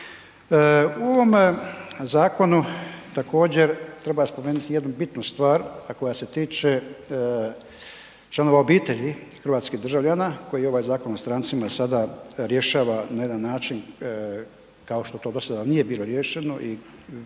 U ovom zakonu također treba spomenuti jednu bitnu stvar a koja se tiče članova obitelji hrvatskih državljana koje ovaj Zakon o strancima sada rješava na jedan način kao što to do sada nije bilo riješeno i mi